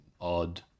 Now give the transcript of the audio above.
odd